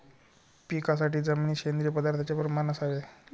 पिकासाठी जमिनीत सेंद्रिय पदार्थाचे प्रमाण असावे